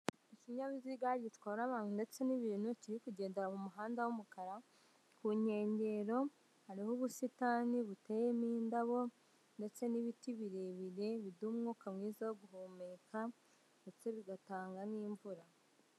Ikinyabiziga gitwara abantu ndetse n'ibintu kiri kugendera mu muhanda w'umukara. Ku nkengero hariho ubusitani buteyemo indabo ndetse n'ibiti birebire biduha umwuka mwiza wo guhumeka, ndetse bigatanga n'imvura.